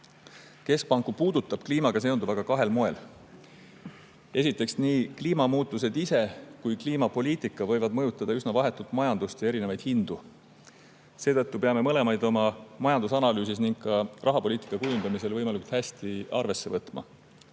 väärtust. Keskpanku puudutab kliimaga seonduv aga kahel moel. Esiteks, nii kliimamuutused ise kui ka kliimapoliitika võivad mõjutada üsna vahetult majandust ja erinevaid hindu. Seetõttu peame mõlemaid oma majandusanalüüsis ning ka rahapoliitika kujundamisel võimalikult hästi arvesse võtma.